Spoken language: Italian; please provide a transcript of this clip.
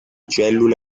cellule